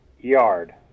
Yard